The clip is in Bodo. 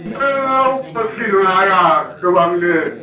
नोंनाव गय फुलि दं नामा ब्रा गोबां नो